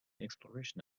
exploration